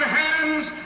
hands